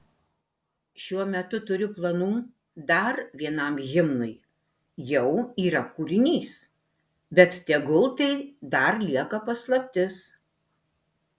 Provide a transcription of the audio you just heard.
šiuo metu turiu planų dar vienam himnui jau yra kūrinys bet tegul tai dar lieka paslaptis